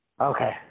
Okay